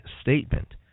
statement